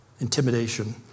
intimidation